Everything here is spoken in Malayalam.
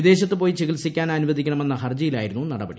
വിദേശത്ത് പോയി ചികിത്സിക്കാൻ അനുവദിക്കണമെന്ന ഹർജിയിലായിരുന്നു നടപടി